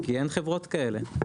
כי אין חברות כאלה,